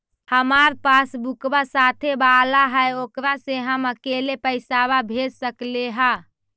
हमार पासबुकवा साथे वाला है ओकरा से हम अकेले पैसावा भेज सकलेहा?